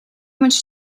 much